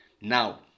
Now